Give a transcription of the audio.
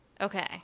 Okay